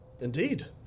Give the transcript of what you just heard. Indeed